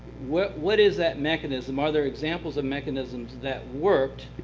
what what is that mechanism? are there examples of mechanisms that worked?